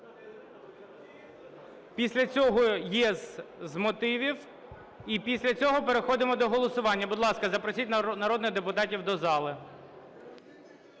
Після цього є з мотивів, і після цього переходимо до голосування. Будь ласка, запросіть народних депутатів до зали.